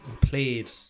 played